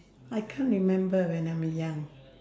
I can't remember when I'm young